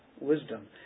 wisdom